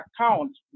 account